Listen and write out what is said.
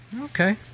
okay